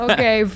Okay